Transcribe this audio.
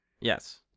yes